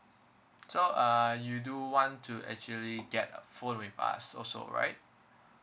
so uh you do want to actually get a phone with us also right